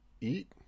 eat